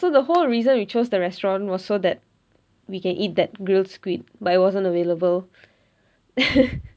so the whole reason we chose the restaurant was so that we can eat that grilled squid but it wasn't available